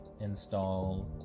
install